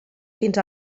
fins